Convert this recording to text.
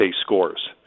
scores